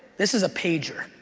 this is a pager.